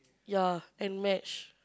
ya and match